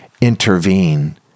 intervene